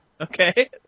Okay